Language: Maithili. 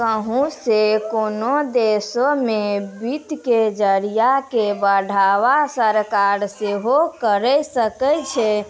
कहुं से कोनो देशो मे वित्त के जरिया के बढ़ावा सरकार सेहे करे सकै छै